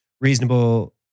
reasonable